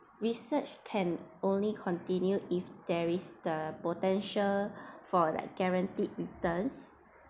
research can only continue if there is the potential for like guaranteed returns